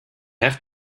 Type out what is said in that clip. have